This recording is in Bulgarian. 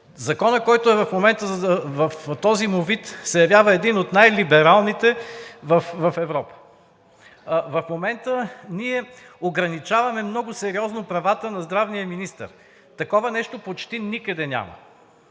Европа, който в момента, в този му вид, се явява един от най-либералните в Европа. В момента ние ограничаваме много сериозно правата на здравния министър, а такова нещо почти никъде го няма,